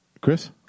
Chris